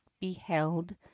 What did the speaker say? beheld